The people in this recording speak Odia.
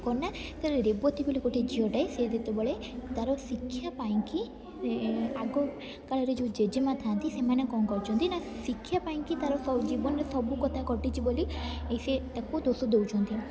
କଣ ନା ତା'ର ରେବତୀ ବୋଲି ଗୋଟେ ଝିଅଟାଏ ସେ ଯେତେବେଳେ ତା'ର ଶିକ୍ଷା ପାଇଁକି ଆଗ କାଳରେ ଯେଉଁ ଜେଜେମା ଥାନ୍ତି ସେମାନେ କଣ କରୁଛନ୍ତି ନା ଶିକ୍ଷା ପାଇଁକି ତା'ର ଜୀବନରେ ସବୁ କଥା ଘଟିଛି ବୋଲି ସେ ତାକୁ ଦୋଷ ଦେଉଛନ୍ତି